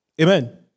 Amen